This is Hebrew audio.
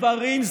גברים,